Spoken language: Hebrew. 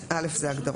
(א) זה ההגדרות.